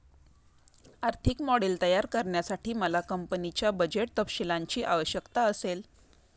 आर्थिक मॉडेल तयार करण्यासाठी मला कंपनीच्या बजेट तपशीलांची आवश्यकता असेल